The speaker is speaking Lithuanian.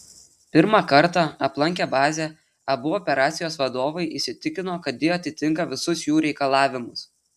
pirmą kartą aplankę bazę abu operacijos vadovai įsitikino kad ji atitinka visus jų reikalavimus